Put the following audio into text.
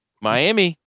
Miami